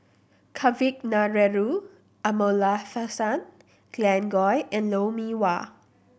Kavignareru Amallathasan Glen Goei and Lou Mee Wah